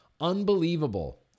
Unbelievable